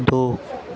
दो